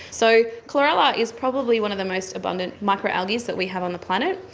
so chlorella is probably one of the most abundant microalgae that we have on the planet.